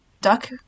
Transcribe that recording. duck